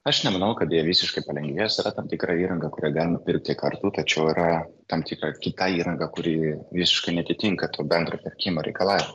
aš nemanau kad jie visiškai palengvės yra tam tikra įranga kurią galima pirkti kartu tačiau yra tam tikra kita įranga kuri visiškai neatitinka to bendro pirkimo reikalavimų